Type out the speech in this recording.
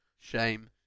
shame